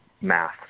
math